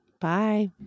Bye